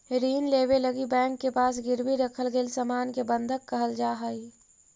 ऋण लेवे लगी बैंक के पास गिरवी रखल गेल सामान के बंधक कहल जाऽ हई